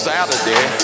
Saturday